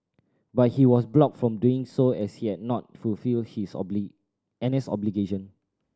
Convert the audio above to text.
but he was blocked from doing so as he had not fulfilled his N S obligation